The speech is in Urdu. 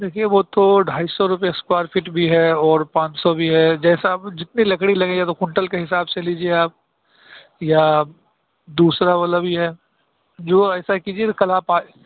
دیکھیے وہ تو ڈھائی سو روپیے اسکوائر فٹ بھی ہے اور پانچ سو بھی ہے جیسا آپ جتنی لکڑی لگیں گے وہ کنٹل کے حساب سے لیجیے آپ یا دوسرا والا بھی ہے جو ایسا کیجیے کہ کل آپ آ